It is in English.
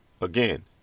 again